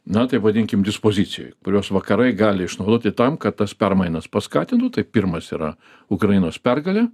na taip vadinkim dispozicijoj kuriuos vakarai gali išnaudoti tam kad tas permainas paskatintų tai pirmas yra ukrainos pergalė